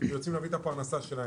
ויוצאים להביא את פרנסתם.